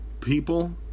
People